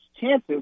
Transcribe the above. chances